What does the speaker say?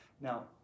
Now